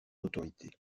autorité